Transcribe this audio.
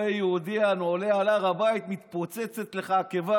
בגלל שכשאתה רואה יהודי עולה על הר הבית מתפוצצת לך הקיבה,